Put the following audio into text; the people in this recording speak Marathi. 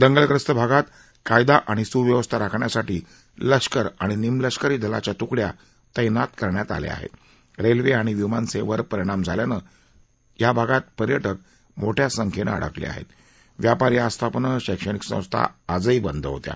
दंगलग्रस्त भागात कायदा आणि सुव्यवस्था राखण्यासाठी लष्कर आणि निमलष्करी दलाच्या तुकड्या तैनात करण्यात आल्या आहत्त रस्त्विओणि विमानसद्ववेरे परिणाम झाल्यानं त्या भागात पर्यटक मोठ्या संख्यर्मीअडकलओहर्त व्यापारी आस्थापनं शैक्षणिक संस्था आजही बंद होत्या